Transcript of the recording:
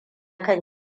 kan